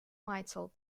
mitel